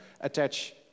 attach